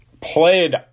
played